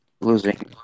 losing